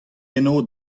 eno